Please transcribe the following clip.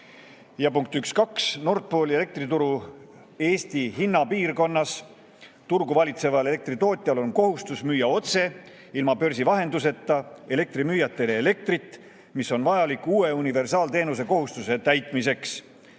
Ja punkt 1.2. Nord Pooli elektrituru Eesti hinnapiirkonnas turgu valitseval elektritootjal on kohustus müüa otse, ilma börsi vahenduseta, elektrimüüjatele elektrit, mis on vajalik uue universaalteenusekohustuse täitmiseks.